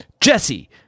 Jesse